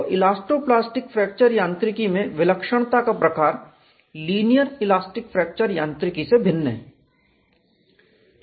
तो elasto plastic fracture यांत्रिकी में विलक्षणता का प्रकार लीनियर इलास्टिक फ्रैक्चर यांत्रिकी से भिन्न है